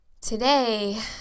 Today